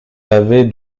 avez